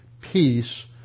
peace